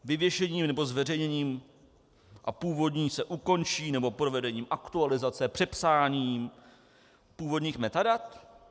Vyvěšením nebo zveřejněním a původní se ukončí, nebo provedením aktualizace, přepsáním původních metadat?